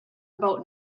about